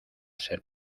ser